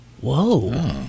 Whoa